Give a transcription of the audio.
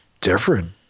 different